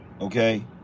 Okay